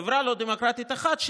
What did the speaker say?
חברה לא דמוקרטית אחת,